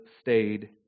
stayed